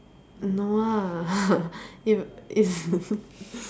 no ah if if